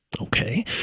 Okay